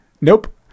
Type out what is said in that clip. Nope